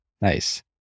Nice